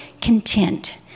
content